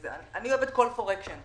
אני אוהבת call for action.